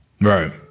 Right